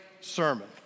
sermon